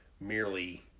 merely